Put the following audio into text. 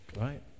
Right